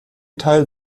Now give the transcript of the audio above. teil